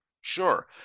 Sure